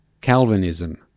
Calvinism